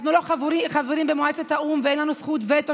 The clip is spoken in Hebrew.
אנחנו לא חברים במועצת האו"ם ואין לנו זכות וטו,